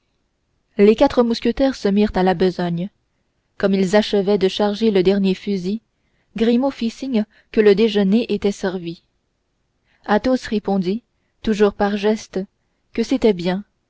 les quatre mousquetaires se mirent à la besogne comme ils achevaient de charger le dernier fusil grimaud fit signe que le déjeuner était servi athos répondit toujours par geste que c'était bien